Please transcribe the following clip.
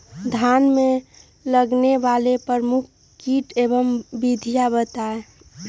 धान में लगने वाले प्रमुख कीट एवं विधियां बताएं?